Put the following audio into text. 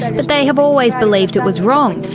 and but they have always believed it was wrong,